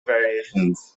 variations